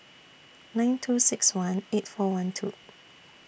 nine two six one eight four one two